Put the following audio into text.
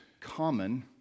common